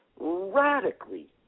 radically